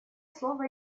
слово